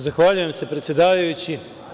Zahvaljujem se, predsedavajući.